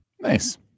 Nice